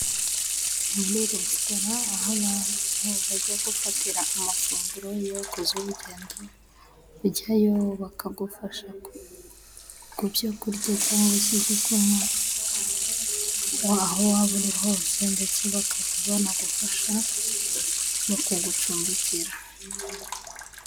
Muri resitora aho abantu bajya gufatira amafunguro, iyo wakoze urugendo ujyayo bakagufasha ku byo kurya cyangwa se ibyo kunywa aho waba uri hose, ndetse bakaba banagufasha mu kugucumbikira.